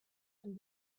and